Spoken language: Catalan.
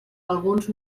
alguns